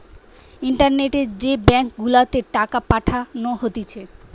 ইন্টারনেটে যে ব্যাঙ্ক গুলাতে টাকা পাঠানো হতিছে